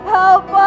help